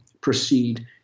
proceed